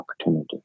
opportunity